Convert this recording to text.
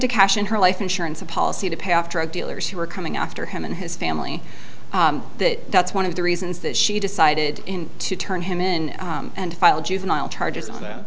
to cash in her life insurance policy to pay off drug dealers who were coming after him and his family that that's one of the reasons that she decided to turn him in and file a juvenile charges and th